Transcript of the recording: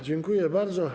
Dziękuję bardzo.